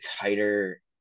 tighter